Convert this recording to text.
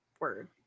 word